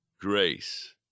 grace